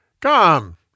Come